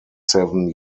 seven